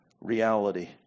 reality